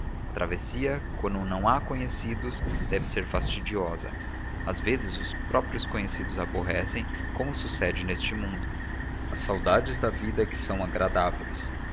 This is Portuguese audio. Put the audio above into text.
a travessia quando não há conhecidos deve ser fastidiosa às vezes os próprios conhecidos aborrecem como sucede neste mundo as saudades da vida é que são agradáveis